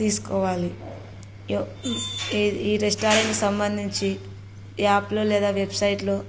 తీసుకోవాలి ఈ రెస్టారెంట్కి సంబంధించి యాప్లో లేదా వెబ్సైట్లో